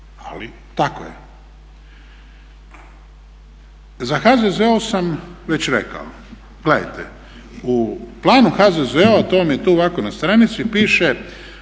ali tako je. Za HZZO sam već rekao. Gledajte u Planu HZZO-a to vam je tu ovako na stranici piše.